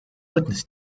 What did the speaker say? witnesses